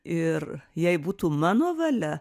ir jei būtų mano valia